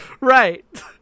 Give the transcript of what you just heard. right